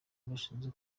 bashinzwe